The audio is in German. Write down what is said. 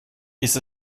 ist